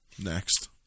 next